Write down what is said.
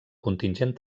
contingent